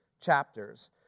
chapters